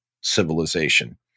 civilization